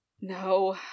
no